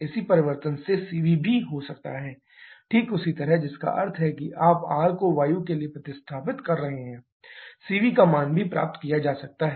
इसी परिवर्तन से Cv भी हो सकता है ठीक उसी तरह जिसका अर्थ है कि आप R को वायु के लिए प्रतिस्थापित करते हैं Cv का मान भी प्राप्त किया जा सकता है